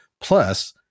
Plus